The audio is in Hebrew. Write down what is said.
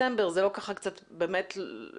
--- אם